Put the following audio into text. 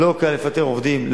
לא קל לפטר עובדים,